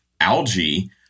algae